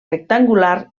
rectangular